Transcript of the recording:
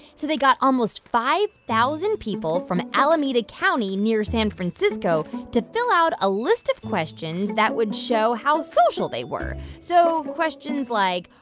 so they got almost five thousand people from alameda county near san francisco to fill out a list of questions that would show how social they were so questions like,